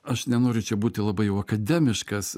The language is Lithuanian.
aš nenoriu čia būti labai jau akademiškas